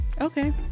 Okay